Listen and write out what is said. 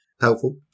Helpful